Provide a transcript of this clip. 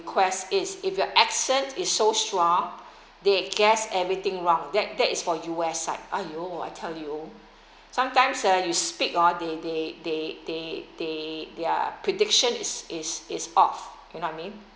request is if your accent is so strong they guessed everything wrong that that is for U_S side !aiyo! I tell you sometimes ah you speak oh they they they they they their prediction is is is off you know I mean